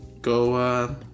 go